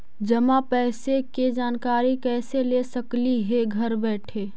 जमा पैसे के जानकारी कैसे ले सकली हे घर बैठे?